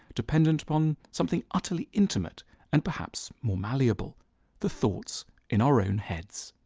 dependent upon something utterly intimate and perhaps more malleable the thoughts in our own heads.